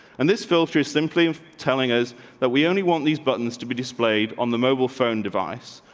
and this filter is simply telling us that we only want these buttons to be displayed on the mobile phone device,